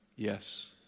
Yes